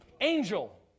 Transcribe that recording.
angel